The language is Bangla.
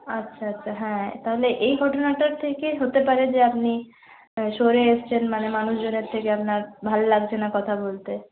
আচ্ছা আচ্ছা হ্যাঁ তাহলে এই ঘটনাটার থেকে হতে পারে যে আপনি সরে এসেছেন মানে মানুষ জনের থেকে আপনার ভালো লাগছে না কথা বলতে